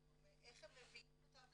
איך הם מביאים אותם